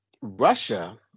Russia